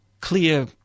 clear